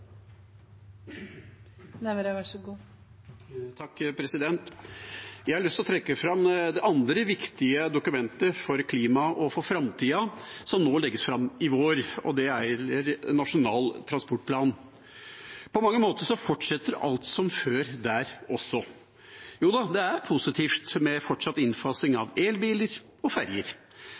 Jeg har lyst til å trekke fram det andre viktige dokumentet for klimaet og for framtida, som nå legges fram i vår, og det er Nasjonal transportplan. På mange måter fortsetter alt som før der også. Jo da, det er positivt med fortsatt innfasing av elbiler og